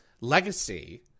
Legacy